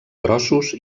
grossos